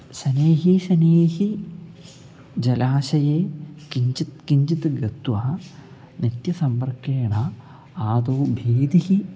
शनैः शनैः जलाशये किञ्चित् किञ्चित् गत्वा नित्यसम्पर्केण आदौ भीतिः